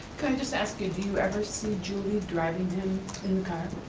kind of just ask you, do you ever see julie driving him in kind of